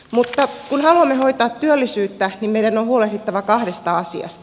kun haluamme hoitaa työllisyyttä meidän on huolehdittava kahdesta asiasta